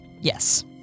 Yes